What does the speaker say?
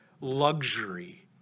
luxury